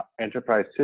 enterprise